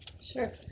Sure